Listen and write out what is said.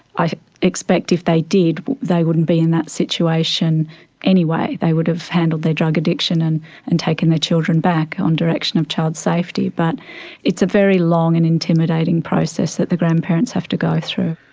i expect if they did they wouldn't be in that situation anyway, they would have handled their drug addiction and and taken their children back on direction of child safety. but it's a very long and intimidating process that the grandparents have to go through.